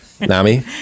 Nami